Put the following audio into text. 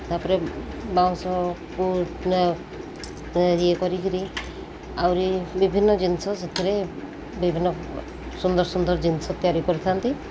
ତା'ପରେ ବାଉଁଶକୁ ଇଏ କରିକିରି ଆହୁରି ବିଭିନ୍ନ ଜିନିଷ ସେଥିରେ ବିଭିନ୍ନ ସୁନ୍ଦର ସୁନ୍ଦର ଜିନିଷ ତିଆରି କରିଥାନ୍ତି